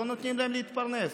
לא נותנים להם להתפרנס.